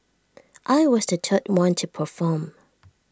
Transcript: I was the third one to perform